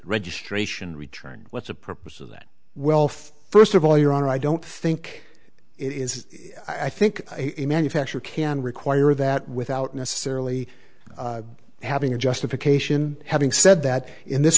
registration return what's the purpose that well first of all your honor i don't think it is i think a manufacturer can require that without necessarily having a justification having said that in this